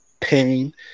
pain